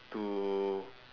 to